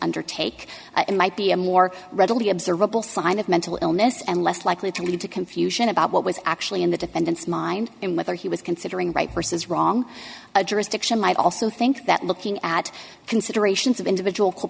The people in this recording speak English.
undertake might be a more readily observable sign of mental illness and less likely to lead to confusion about what was actually in the defendant's mind and whether he was considering right versus wrong address diction i also think that looking at considerations of individual